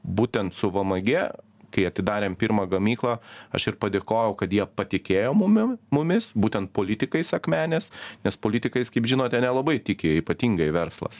būtent su vmg kai atidarėm pirmą gamyklą aš ir padėkojau kad jie patikėjo mumim mumis būtent politikais akmenės nes politikais kaip žinote nelabai tiki ypatingai verslas